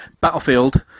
Battlefield